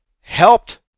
helped